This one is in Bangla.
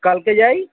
কালকে যাই